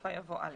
בסופה יבוא "א".